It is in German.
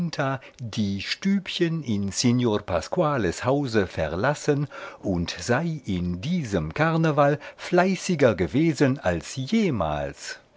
die stübchen in signor pasquales hause verlassen und sei in diesem karneval fleißiger gewesen als jemals